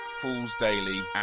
foolsdaily